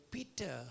Peter